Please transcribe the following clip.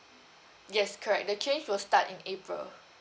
yes correct the change will start in april